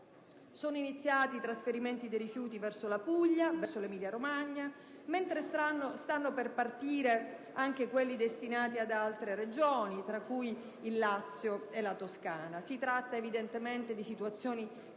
Sono iniziati i trasferimenti dei rifiuti verso la Puglia e verso l'Emilia-Romagna, mentre stanno per partire anche quelli destinati ad altre Regioni, tra cui il Lazio e la Toscana. Si tratta evidentemente di situazioni temporanee;